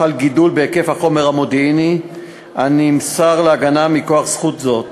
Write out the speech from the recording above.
חל גידול בהיקף החומר המודיעיני הנמסר להגנה מכוח זכות זו,